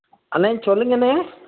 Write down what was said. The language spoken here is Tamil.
அண்ணா சொல்லுங்கண்ணா